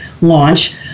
launch